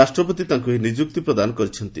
ରାଷ୍ଟପତି ତାଙ୍କୁ ଏହି ନିଯୁକ୍ତି ପ୍ରଦାନ କରିଛନ୍ତି